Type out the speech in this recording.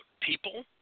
people